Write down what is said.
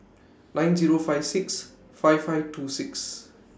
nine Zero five six five five two six